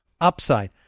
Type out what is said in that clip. upside